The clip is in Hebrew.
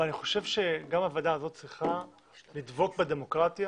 אבל אני חושב שגם הוועדה הזאת צריכה לדבוק בדמוקרטיה